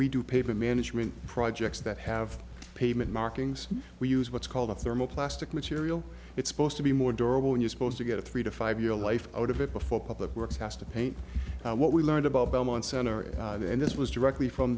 we do paper management projects that have pavement markings we use what's called a thermal plastic material it's supposed to be more durable and you're supposed to get a three to five year life out of it before public works has to paint what we learned about belmont center and this was directly from